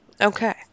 Okay